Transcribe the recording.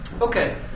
Okay